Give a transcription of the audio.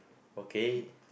okay